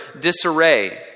disarray